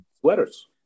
Sweaters